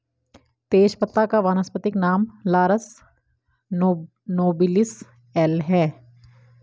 तेजपत्ता का वानस्पतिक नाम लॉरस नोबिलिस एल है